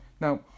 Now